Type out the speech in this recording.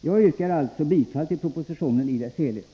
Jag yrkar bifall till utskottets hemställan.